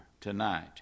tonight